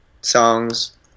songs